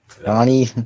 Donnie